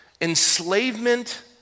enslavement